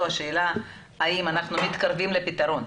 זה יפה אבל השאלה האם אנחנו מתקרבים לפתרון.